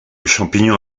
champignon